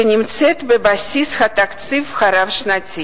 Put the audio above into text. שנמצאת בבסיס התקציב הרב-שנתי.